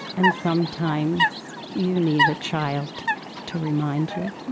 and sometimes you need a child to remind you.